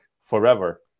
forever